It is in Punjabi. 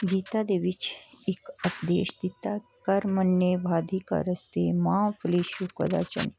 ਗੀਤਾ ਦੇ ਵਿੱਚ ਇੱਕ ਉਪਦੇਸ਼ ਦਿੱਤਾ ਕਰ ਮੰਨੇ ਵਾਦੀ ਕਾ ਰਸਤੇ ਮਾਫ ਲੇਸ਼ੂ ਕੋ ਅਰਜਨ